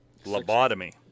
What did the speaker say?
Lobotomy